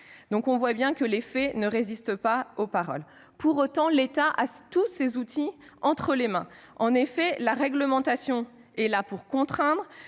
et résilience ». Les paroles ne résistent pas aux faits ! Pour autant, l'État a tous les outils entre les mains. En effet, la réglementation est là pour contraindre,